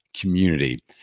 community